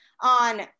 on